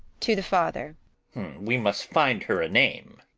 to the father we must find her a name.